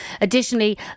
additionally